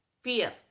fear